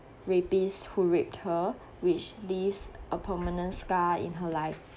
rapist who raped her which leaves a permanent scar in her life